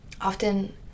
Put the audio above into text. often